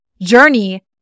journey